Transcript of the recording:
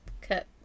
cut